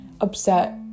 upset